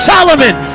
Solomon